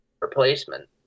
replacement